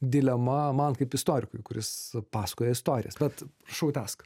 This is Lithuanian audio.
dilema man kaip istorikui kuris pasakoja istorijas bet prašau tęsk